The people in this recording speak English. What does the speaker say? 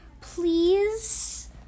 please